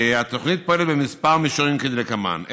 בכמה מישורים כדלקמן: